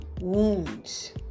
wounds